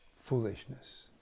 foolishness